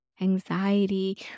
anxiety